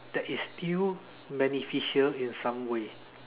that is still beneficial in some way